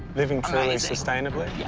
living truly sustainably,